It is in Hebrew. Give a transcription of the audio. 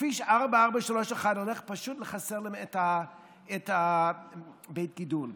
וכביש 4431 הולך פשוט לחסל להם את בית הגידול.